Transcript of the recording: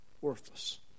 worthless